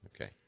okay